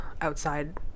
outside